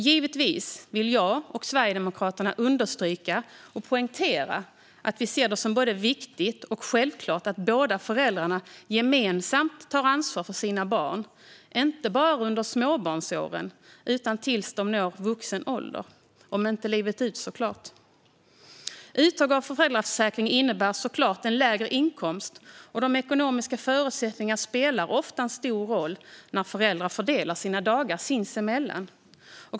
Givetvis vill jag och Sverigedemokraterna understryka och poängtera att vi ser det som både viktigt och självklart att båda föräldrarna gemensamt tar ansvar för sina barn, inte bara under småbarnsåren utan tills de når vuxen ålder - om inte livet ut, såklart. Uttag av föräldraförsäkring innebär såklart en lägre inkomst, och de ekonomiska förutsättningarna spelar ofta en stor roll när föräldrar fördelar sina dagar sinsemellan.